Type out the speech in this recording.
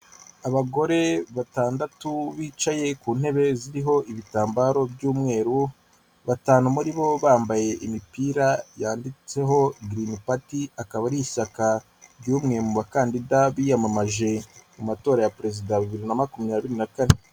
Abagore batandatu bicaye ku ntebe ziriho ibitambaro by'umweru, batanu muri bo bambaye imipira yanditseho Green Party akaba ari ishyaka ry'umwe mu bakandida biyamamaje mu matora ya perezida bibiri na makumyabiri na kane.